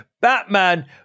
batman